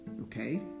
okay